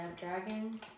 dragon